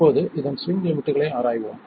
இப்போது இதன் ஸ்விங் லிமிட்களை ஆராய்வோம்